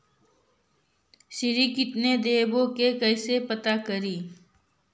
ऋण कितना देवे के है कैसे पता करी?